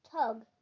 tug